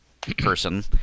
person